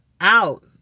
out